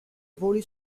voli